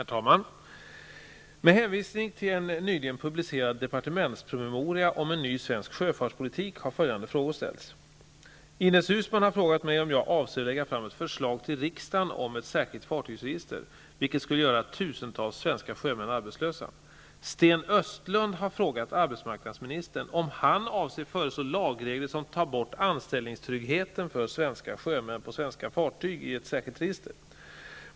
Herr talman! Med hänvisning till en nyligen publicerad departementspromemoria om en ny svensk sjöfartspolitik har följande frågor ställts. Ines Uusmann har frågat mig om jag avser att lägga fram ett förslag till riksdagen om ett särskilt fartygsregister, vilket skulle göra tusentals svenska sjömän arbetslösa. Sten Östlund har frågat arbetsmarknadsministern om han avser föreslå lagregler som tar bort anställningstryggheten för svenska sjömän på svenska fartyg i ett särskilt register.